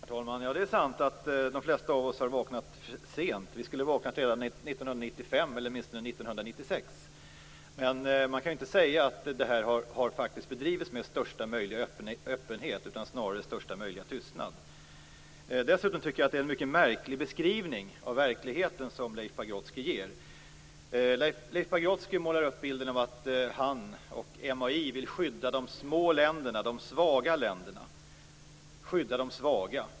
Herr talman! Det är sant att de flesta av oss har vaknat sent. Vi skulle ha vaknat redan 1995 eller 1996, men man kan inte säga att frågan har drivits med största möjliga öppenhet utan snarare med största möjliga tystnad. Dessutom tycker jag att Leif Pagrotsky ger en mycket märklig beskrivning av verkligheten. Leif Pagrotsky målar upp bilden att han och MAI vill skydda de små och svaga länderna. Man vill skydda de svaga.